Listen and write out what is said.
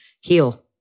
heal